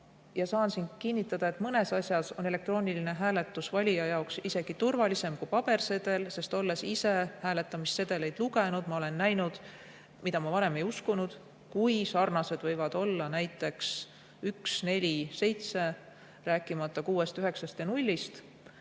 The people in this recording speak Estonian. Ma saan siin kinnitada, et mõnes asjas on elektrooniline hääletus valija jaoks isegi turvalisem kui pabersedel. Olles ise hääletamissedeleid lugenud, olen ma näinud, mida ma varem ei uskunud: kui sarnased võivad olla näiteks üks, neli ja